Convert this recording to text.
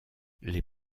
les